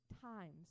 times